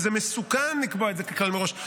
וזה מסוכן לקבוע את זה ככלל מראש.